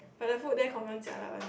but the food there confirm jialat one